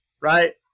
right